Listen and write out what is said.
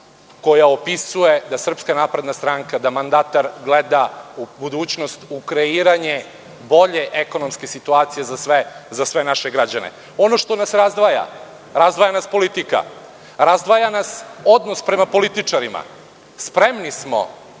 koja opisuje da SNS, da mandatar gleda u budućnost, u kreiranje bolje ekonomske situacije za sve naše građane. Ono što nas razdvaja je politika, razdvaja nas odnos prema političarima. Spremni smo